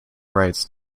rights